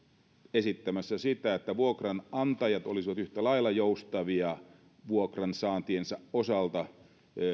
esittämässä sitä että vuokranantajat olisivat yhtä lailla joustavia vuokransaantiensa osalta